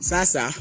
Sasa